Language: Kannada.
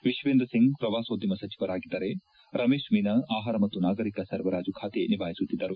ವಿಶ್ವೇಂದ್ರ ಸಿಂಗ್ ಪ್ರವಾಸೋದ್ಯಮ ಸಚಿವರಾಗಿದ್ದರೆ ರಮೇಶ್ ಮೀನಾ ಆಹಾರ ಮತ್ತು ನಾಗರಿಕ ಸರಬರಾಜು ಖಾತೆ ನಿಭಾಯಿಸುತ್ತಿದ್ದರು